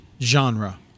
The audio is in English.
genre